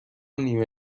نیمه